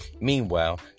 Meanwhile